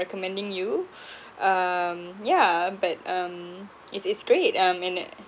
recommending you um yeah but um it's it's great um init